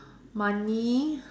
money